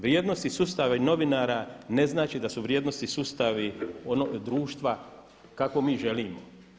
Vrijednosni sustav novinara ne znači da su vrijednosni sustavi društva kakvog mi želimo.